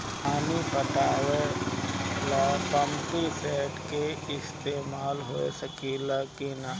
पानी पटावे ल पामपी सेट के ईसतमाल हो सकेला कि ना?